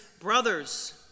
brothers